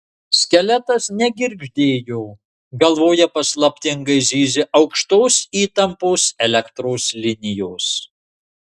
skeletas negirgždėjo galvoje paslaptingai zyzė aukštos įtampos elektros linijos